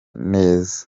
neza